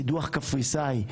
קידוח קפריסאי.